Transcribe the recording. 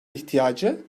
ihtiyacı